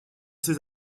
ces